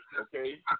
okay